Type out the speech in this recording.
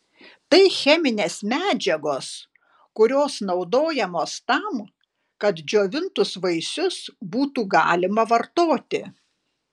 tai cheminės medžiagos kurios naudojamos tam kad džiovintus vaisius būtų galima vartoti